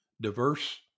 diverse